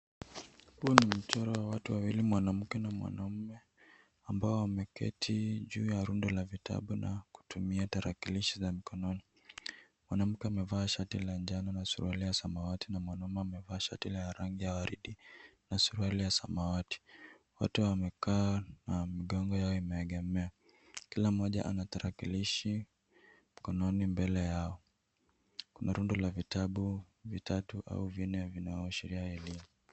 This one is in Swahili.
Huu ni mchoro wa watu wawili mwanamke na mwanaume ambao wameketi juu ya runda la vitabu na kutumia tarakilishi za mikononi. Mwanamke amevaa shati la njano na suala la samawati na mwanaume amevaa shat ya rangi ya waridi na suala ya samawati. Wote wamekaa na migongo yao imeegemea. Kila moja ana turakilishi mkononi mbele yao. Na rundo la vitabu vitatu au vine vinaoashiria elimu.